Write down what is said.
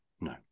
no